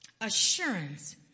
Assurance